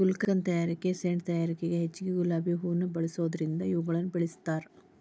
ಗುಲ್ಕನ್ ತಯಾರಿಕೆ ಸೇಂಟ್ ತಯಾರಿಕೆಗ ಹೆಚ್ಚಗಿ ಗುಲಾಬಿ ಹೂವುನ ಬಳಸೋದರಿಂದ ಇವುಗಳನ್ನ ಬೆಳಸ್ತಾರ